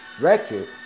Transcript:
record